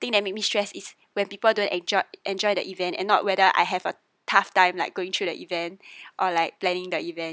thing that make me stress is when people don't enjoy enjoy the event and not whether I have a tough time like going through the event or like planning the event